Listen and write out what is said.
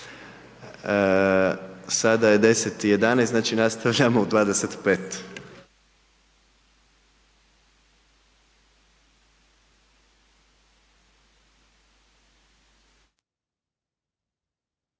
Sada je 10,11 znači nastavljamo u 25.